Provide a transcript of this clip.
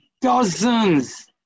dozens